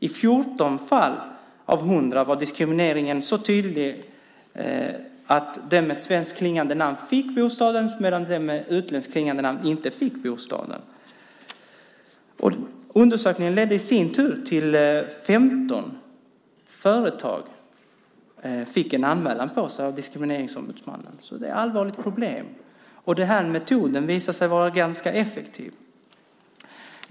I 14 fall av 100 var diskrimineringen så tydlig att den med svenskklingande namn fick bostaden medan den med utländskt klingande namn inte fick bostaden. Undersökningen ledde i sin tur till att 15 företag fick en anmälan på sig av Diskrimineringsombudsmannen. Det är ett allvarligt problem. Den här metoden visar sig vara ganska effektiv.